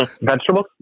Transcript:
Vegetables